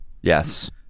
Yes